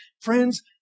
friends